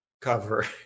cover